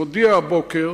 מודיע הבוקר